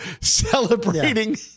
celebrating